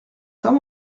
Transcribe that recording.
saint